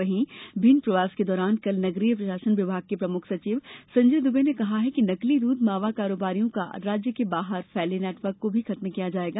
वहीं भिंड प्रवास के दौरान कल नगरीय प्रशासन विभाग के प्रमुख सचिव संजय दुबे ने कहा कि नकली दूध मावा कारोबारियों का राज्य के बाहर फैले नेटवर्क को भी खत्म किया जायेगा